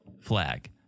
flag